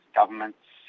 government's